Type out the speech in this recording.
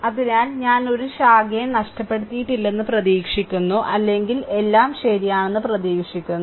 അതിനാൽ ഞാൻ ഒരു ശാഖയും നഷ്ടപ്പെടുത്തിയിട്ടില്ലെന്ന് പ്രതീക്ഷിക്കുന്നു അല്ലെങ്കിൽ എല്ലാം ശരിയാണെന്ന് പ്രതീക്ഷിക്കുന്നു